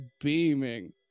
beaming